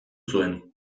zuen